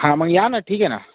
हां मग या ना ठीक आहे ना